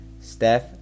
Steph